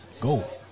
go